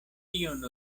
tion